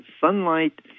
sunlight